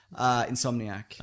Insomniac